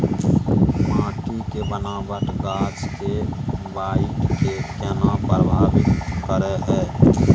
माटी के बनावट गाछ के बाइढ़ के केना प्रभावित करय हय?